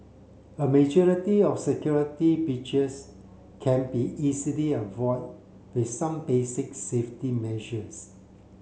a majority of security beaches can be easily avoided with some basic safety measures